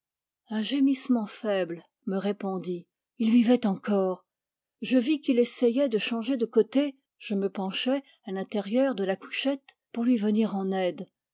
un gémissement faible me répondit il vivait encore je vis qu'il essayait de changer de côté je me penchai à l'intérieur de la couchette pour lui venir en aide